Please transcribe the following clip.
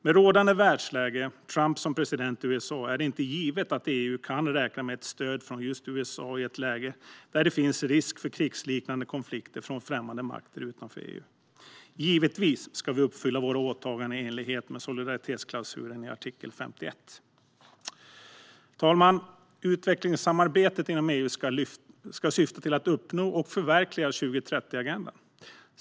Med rådande världsläge och Trump som president i USA är det inte givet att EU kan räkna med stöd från just USA i ett läge där det finns risk för krigsliknande konflikter med främmande makter utanför EU. Givetvis ska vi uppfylla våra åtaganden i enlighet med solidaritetsklausulen i artikel 51. Herr talman! Utvecklingssamarbetet inom EU ska syfta till att vi uppnår och förverkligar 2030-agendan.